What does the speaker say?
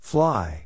Fly